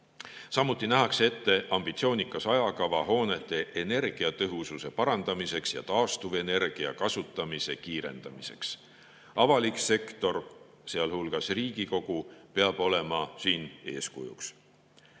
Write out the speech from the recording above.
Samuti nähakse ette ambitsioonikas ajakava hoonete energiatõhususe parandamiseks ja taastuvenergia kasutuselevõtu kiirendamiseks. Avalik sektor, sealhulgas Riigikogu, peab olema siin eeskujuks.